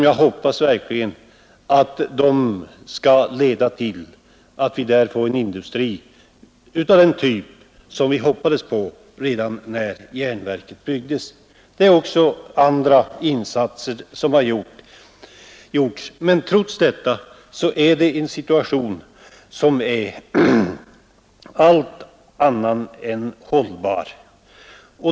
Jag hoppas att dessa skall leda till att vi där får en industri av den typ som vi trodde på redan när järnverket byggdes. Också andra åtgärder har företagits, men trots detta är situationen i dag allt annat än hållbar.